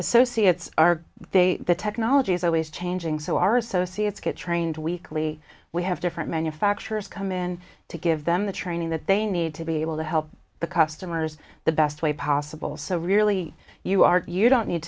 associates are they the technology is always changing so our associates get trained weekly we have different manufacturers come in to give them the training that they need to be able to help the customers the best way possible so really you are you